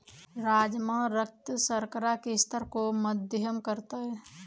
राजमा रक्त शर्करा के स्तर को मध्यम करता है